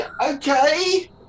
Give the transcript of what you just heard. okay